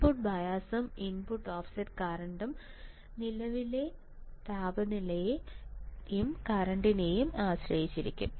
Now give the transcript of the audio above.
input ബയസും input offset കറന്റും നിലവിലെ താപനിലയെ കറന്റിനെയും ആശ്രയിച്ചിരിക്കുന്നു